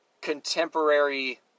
contemporary